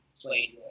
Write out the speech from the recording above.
played